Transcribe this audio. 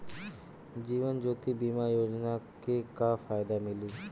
जीवन ज्योति बीमा योजना के का फायदा मिली?